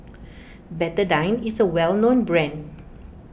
Betadine is a well known brand